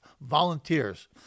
volunteers